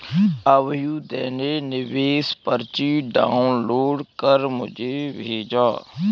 अभ्युदय ने निवेश पर्ची डाउनलोड कर मुझें भेजा